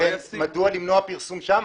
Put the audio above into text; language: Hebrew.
ולכן מדוע למנוע פרסום שם,